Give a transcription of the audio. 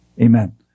Amen